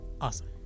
awesome